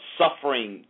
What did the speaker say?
suffering